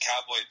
cowboy